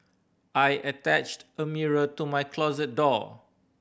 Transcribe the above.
I attached a mirror to my closet door